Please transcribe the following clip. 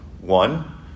One